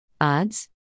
Odds